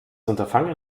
unterfangen